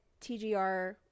tgr